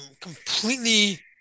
completely